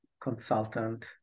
consultant